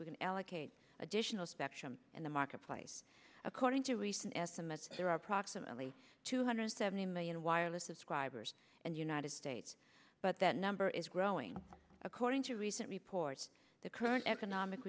can allocate additional spectrum in the marketplace according to recent estimates there are approximately two hundred seventy million wireless a scribe and united states but that number is growing according to recent reports the current economic